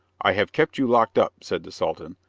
i have kept you locked up, said the sultan,